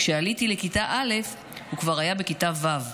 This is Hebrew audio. כשעליתי לכיתה א', הוא כבר היה בכיתה ו'.